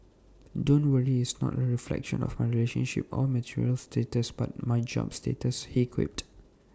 don't worry it's not A reflection of my relationship or marital status but my job status he quipped